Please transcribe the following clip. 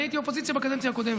אני הייתי אופוזיציה בקדנציה הקודמת.